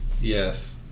Yes